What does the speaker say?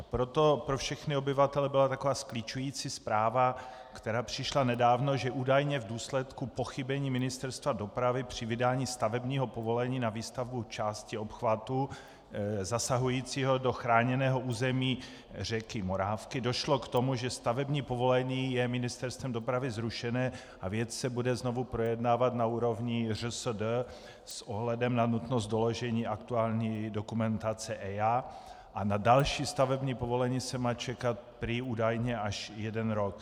Proto pro všechny obyvatele byla skličující zpráva, která přišla nedávno, že údajně v důsledku pochybení Ministerstva dopravy při vydání stavebního povolení na výstavbu části obchvatu zasahujícího do chráněného území řeky Morávky došlo k tomu, že stavební povolení je Ministerstvem dopravy zrušeno a věc se bude znovu projednávat na úrovni ŘSD s ohledem na nutnost doložení aktuální dokumentace EIA a na další stavební povolení se má čekat prý údajně až jeden rok.